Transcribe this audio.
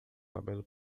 cabelo